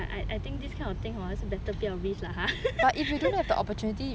but I I think this kind of thing hor better 不要 risk lah ppl